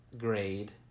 grade